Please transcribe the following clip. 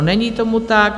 Není tomu tak.